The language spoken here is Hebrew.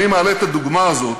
אני מעלה את הדוגמה הזאת